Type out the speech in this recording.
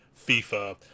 fifa